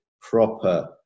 proper